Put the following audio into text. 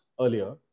earlier